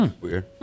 Weird